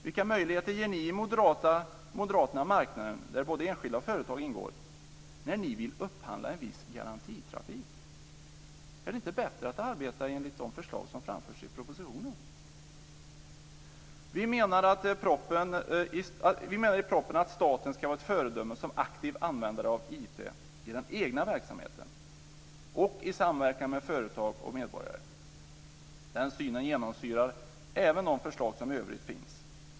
Vilka möjligheter ger ni moderater marknaden, där både enskilda och företag ingår, när ni vill upphandla en viss garantitrafik? Är det inte bättre att arbeta enligt de förslag som framförs i propositionen? Vi menar i propositionen att staten ska vara ett föredöme som aktiv användare av IT i den egna verksamheten och i samverkan med företag och medborgare. Den synen genomsyrar även de förslag som i övrigt finns.